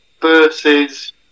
versus